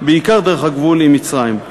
בעיקר דרך הגבול עם מצרים.